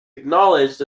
acknowledged